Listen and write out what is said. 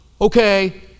okay